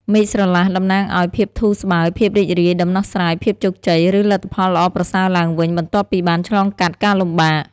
មេឃស្រឡះ តំណាងឲ្យ ភាពធូរស្បើយ ភាពរីករាយ ដំណោះស្រាយ ភាពជោគជ័យ ឬលទ្ធផលល្អប្រសើរឡើងវិញបន្ទាប់ពីបានឆ្លងកាត់ការលំបាក។